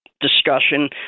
discussion